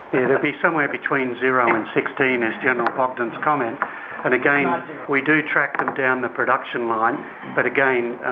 it'd be somewhere between zero um and sixteen as general bogdan's comment, and again we do track them down the production line but again,